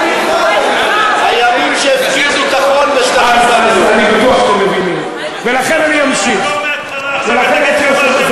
הימים שהפגיזו את החול, ולכן אני לא אמשיך,